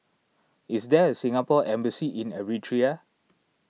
is there a Singapore Embassy in Eritrea